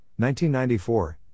1994